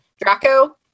Draco